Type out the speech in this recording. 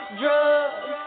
drugs